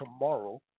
tomorrow